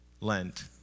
Lent